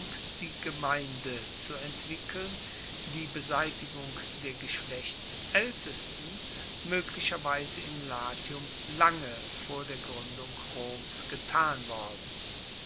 die gemeinde zu entwickeln die beseitigung der geschlechtsaeltesten moeglicherweise in latium lange vor der gruendung roms getan worden